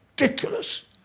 ridiculous